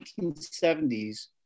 1970s